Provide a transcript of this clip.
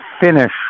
finish